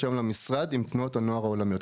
היום למשרד עם תנועות הנוער העולמיות.